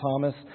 Thomas